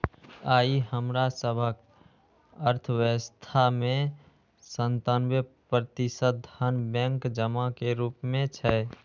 आइ हमरा सभक अर्थव्यवस्था मे सत्तानबे प्रतिशत धन बैंक जमा के रूप मे छै